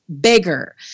Bigger